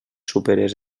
superés